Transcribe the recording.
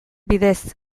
bidez